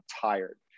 tired